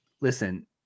listen